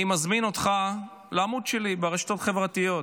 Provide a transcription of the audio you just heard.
אני מזמין אותך לעמוד שלי ברשתות החברתיות,